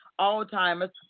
Alzheimer's